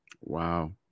Wow